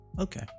okay